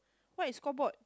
what is floorboard